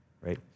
right